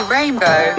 Rainbow